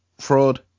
fraud